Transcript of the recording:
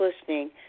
listening